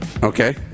Okay